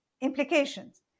implications